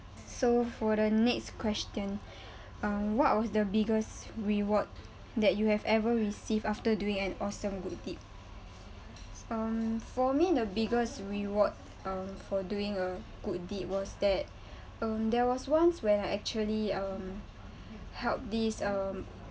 so for the next question um what was the biggest reward that you have ever received after doing an awesome good deed um for me the biggest reward um for doing a good deed was that um there was once when I actually um help these um